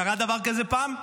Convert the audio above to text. קרה דבר כזה פעם?